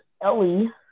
Ellie